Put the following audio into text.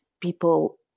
people